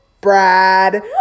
Brad